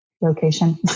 location